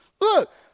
Look